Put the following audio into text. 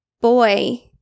boy